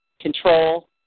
Control